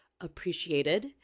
appreciated